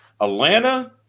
Atlanta –